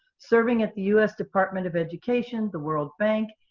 serving at the u s. department of education, the world bank,